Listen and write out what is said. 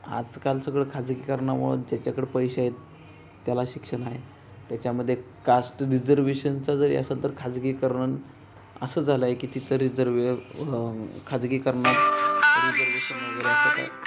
आजकाल सगळं खाजगीकरणामुळे ज्याच्याकडं पैसे आहेत त्याला शिक्षण आहे त्याच्यामध्ये कास्ट रिजर्वेशनचं जरी असंल तर खाजगीकरण असं झालं आहे की तिथं रिजर्वे खाजगीकरणात रिजर्वेशन वगैरे असतात